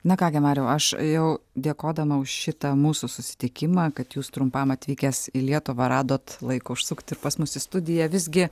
na ką gi mariau aš jau dėkodama už šitą mūsų susitikimą kad jūs trumpam atvykęs į lietuvą radot laiko užsukt ir pas mus į studiją visgi